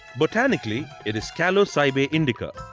botanically it is calocybe indica.